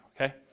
okay